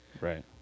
Right